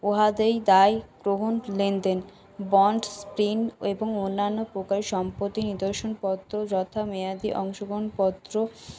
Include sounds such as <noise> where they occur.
উহাতেই দায়গ্রহণ লেন দেন বন্ড <unintelligible> এবং অন্যান্য প্রকার সম্পত্তি নিদর্শন পত্র যথা মেয়াদি অংশগ্রহণ পত্র